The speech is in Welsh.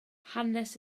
hanes